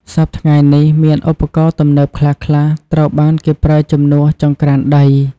សព្វថ្ងៃនេះ មានឧបករណ៍ទំនើបខ្លះៗត្រូវបានគេប្រើជំនួសចង្ក្រានដី។